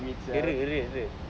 இரு இரு:iru iru